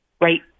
right